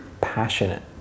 passionate